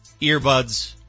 earbuds